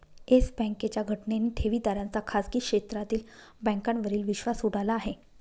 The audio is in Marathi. येस बँकेच्या घटनेने ठेवीदारांचा खाजगी क्षेत्रातील बँकांवरील विश्वास उडाला आहे